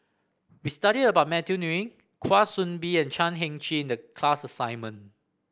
we studied about Matthew Ngui Kwa Soon Bee and Chan Heng Chee in the class assignment